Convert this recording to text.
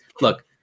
look